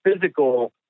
physical